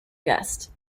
guest